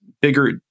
Bigger